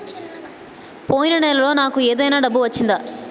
పోయిన నెలలో నాకు ఏదైనా డబ్బు వచ్చిందా?